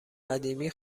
قدیمی